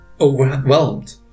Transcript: overwhelmed